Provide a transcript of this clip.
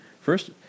First